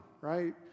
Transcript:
right